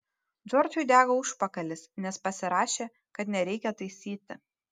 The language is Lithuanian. džordžui dega užpakalis nes pasirašė kad nereikia taisyti